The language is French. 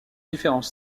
différents